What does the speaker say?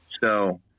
So-